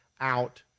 out